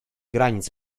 granic